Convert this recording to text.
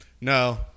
No